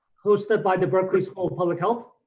hosted by the berkeley school of public health.